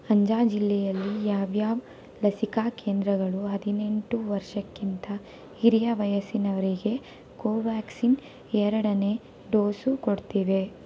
ಅಂಜಾ ಜಿಲ್ಲೆಯಲ್ಲಿ ಯಾವ್ಯಾವ ಲಸಿಕಾ ಕೇಂದ್ರಗಳು ಹದಿನೆಂಟು ವರ್ಷಕ್ಕಿಂತ ಹಿರಿಯ ವಯಸ್ಸಿನವರಿಗೆ ಕೋವ್ಯಾಕ್ಸಿನ್ ಎರಡನೇ ಡೋಸು ಕೊಡ್ತಿವೆ